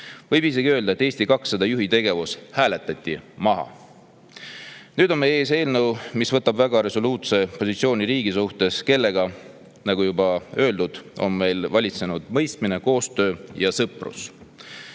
Võib isegi öelda, et Eesti 200 juhi tegevus hääletati maha. Nüüd on meie ees eelnõu, mis võtab väga resoluutse positsiooni riigi suhtes, kellega, nagu juba öeldud, on meil valitsenud [teineteise]mõistmine, koostöö ja sõprus.